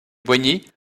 boigny